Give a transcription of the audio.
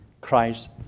Christ